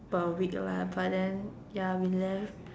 per week lah but then ya we left